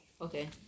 Okay